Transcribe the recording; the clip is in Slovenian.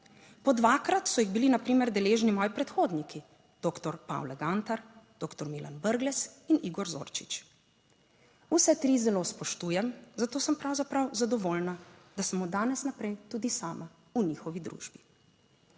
Po dvakrat so jih bili na primer deležni moji predhodniki: doktor Pavle Gantar, doktor Milan Brglez in Igor Zorčič. Vse tri zelo spoštujem, zato sem pravzaprav zadovoljna, da sem od danes naprej tudi sama v njihovi družbi.